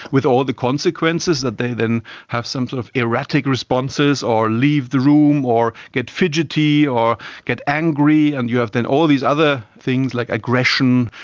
with all the consequences, that they then have some sort of erratic responses or leave the room or get fidgety or get angry and you have then all these other things like aggression,